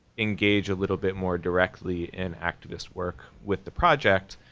engage a little bit more directly in activist work with the project.